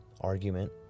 argument